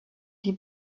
die